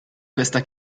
questa